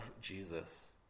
Jesus